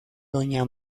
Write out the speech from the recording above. doña